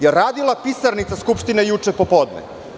Da li je radila pisarnica Skupštine juče popodne?